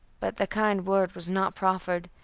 but the kind word was not proffered,